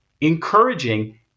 encouraging